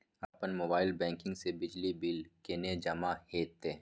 अपन mobile banking से बिजली बिल केने जमा हेते?